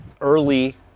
early